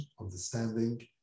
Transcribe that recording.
understanding